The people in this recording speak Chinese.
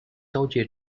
交界